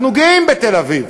אנחנו גאים בתל-אביב,